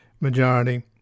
majority